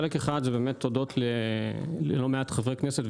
חלק אחד תודות ללא מעט חברי כנסת,